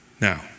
Now